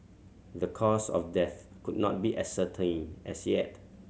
the cause of death could not be ascertained as yet